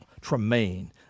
Tremaine